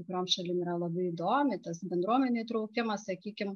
kai kuriom šalim yra labai įdomi tas bendruomenių įtraukimas sakykim